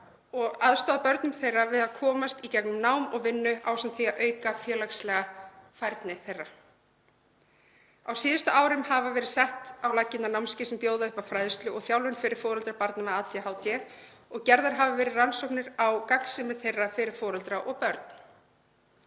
og börn þeirra við að komast í gegnum nám og vinnu ásamt því að auka félagslega færni þeirra. Á síðustu árum hafa verið sett á laggirnar námskeið sem bjóða upp á fræðslu og þjálfun fyrir foreldra barna með ADHD og gerðar hafa verið rannsóknir á gagnsemi þeirra fyrir foreldra og börn.